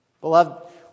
Beloved